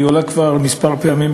היא עולה כבר כמה פעמים,